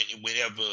whenever